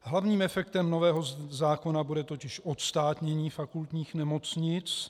Hlavním efektem nového zákona bude totiž odstátnění fakultních nemocnic.